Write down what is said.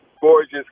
gorgeous